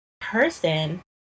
person